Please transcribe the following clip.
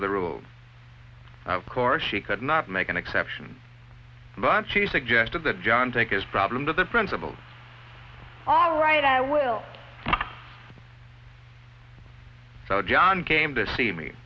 to the rule of course she could not make an exception but she suggested that john take his problem to the principal all right i will so john came to see me